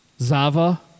Zava